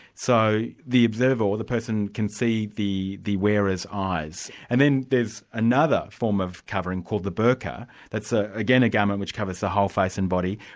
so the observer, or the person can see the the wearer's eyes. and then there's another form of covering called the burkha that's ah again a garment which covers the whole face and body,